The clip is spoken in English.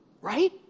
Right